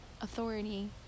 authority